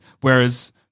Whereas